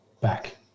back